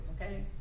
Okay